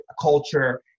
culture